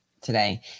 today